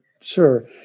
Sure